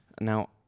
Now